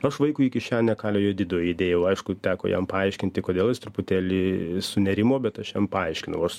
aš vaikui į kišenę kalio jodido įdėjau aišku teko jam paaiškinti kodėl jis truputėlį sunerimo bet aš jam paaiškinau aš